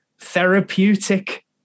therapeutic